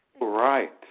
Right